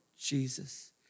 Jesus